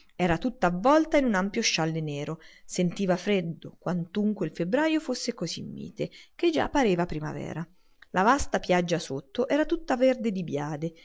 era tutta avvolta in un ampio scialle nero sentiva freddo quantunque il febbrajo fosse così mite che già pareva primavera la vasta piaggia sotto era tutta verde di biade